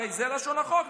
הרי זו לשון החוק,